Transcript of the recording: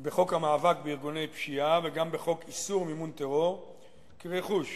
המאבק בארגוני פשיעה וגם בחוק איסור מימון טרור כי רכוש